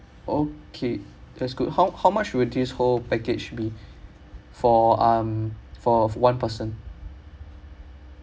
okay that's good how how much will this whole package be for um for one person